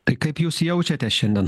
tai kaip jūs jaučiatės šiandien